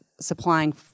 supplying